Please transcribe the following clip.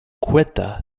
ceuta